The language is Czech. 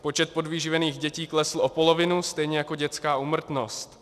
Počet podvyživených dětí klesl o polovinu stejně jako dětská úmrtnost.